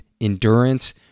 endurance